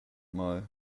mal